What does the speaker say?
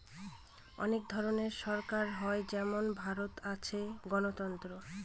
অনেক ধরনের সরকার হয় যেমন ভারতে আছে গণতন্ত্র